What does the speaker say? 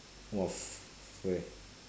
!wah! f~ where